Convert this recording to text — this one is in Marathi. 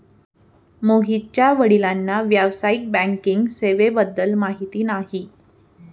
मोहितच्या वडिलांना व्यावसायिक बँकिंग सेवेबद्दल माहिती नाही